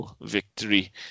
victory